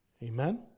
Amen